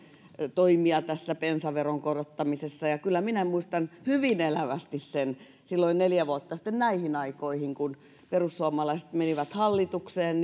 toimia tässä bensaveron korottamisessa ja kyllä minä muistan hyvin elävästi sen silloin neljä vuotta sitten näihin aikoihin kun perussuomalaiset menivät hallitukseen